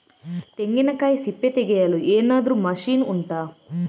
ತೆಂಗಿನಕಾಯಿ ಸಿಪ್ಪೆ ತೆಗೆಯಲು ಏನಾದ್ರೂ ಮಷೀನ್ ಉಂಟಾ